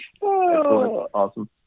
Awesome